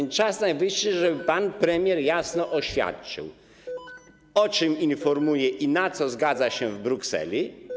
Czas najwyższy więc, żeby pan premier jasno oświadczył, o czym informuje i na co zgadza się w Brukseli.